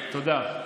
תודה.